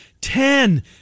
Ten